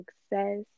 success